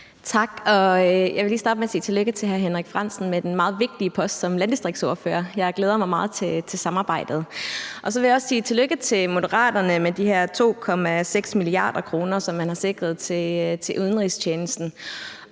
Tak. Jeg vil lige starte med at sige tillykke til hr. Henrik Frandsen med den meget vigtige post som landdistriktsordfører. Jeg glæder mig meget til samarbejdet. Så vil jeg også sige tillykke til Moderaterne med de her 2,6 mia. kr., som man har sikret til udenrigstjenesten.